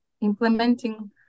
implementing